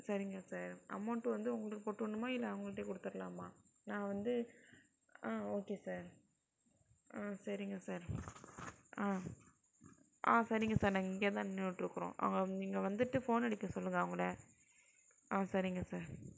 சரிங்க sir amount வந்து உங்களுக்கு போட்டு விடுணுமா இல்லை அவங்கள்டயே கொடுத்துடுலாமா நாங்கள் வந்து ஆ ஓகே சார் ஆ சரிங்க சார் ஆ ஆ சரிங்க சார் நாங்கள் இங்கேயே தான் நின்றுகிட்ருக்குறோம் அவங்களை இங்கே வந்துவிட்டு போன் அடிக்க சொல்லுங்கள் அவுங்களை ஆ சரிங்க சார்